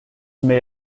may